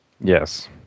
Yes